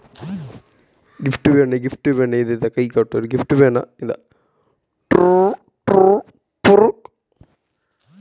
ರೈತರಿಗೆ ಎಂತ ಎಲ್ಲ ಇರ್ಬೇಕು ಸರ್ಕಾರದ ಸವಲತ್ತು ಪಡೆಯಲಿಕ್ಕೆ?